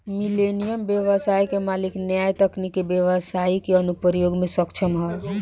millennial ब्यबसाय के मालिक न्या तकनीक के ब्यबसाई के अनुप्रयोग में सक्षम ह